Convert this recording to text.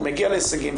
הוא מגיע להישגים,